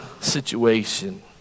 situation